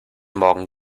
morgen